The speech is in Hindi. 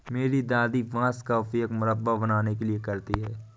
मेरी दादी बांस का उपयोग मुरब्बा बनाने के लिए करती हैं